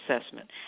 assessment